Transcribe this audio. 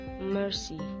mercy